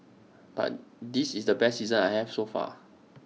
but this is the best season I have so far